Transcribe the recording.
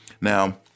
Now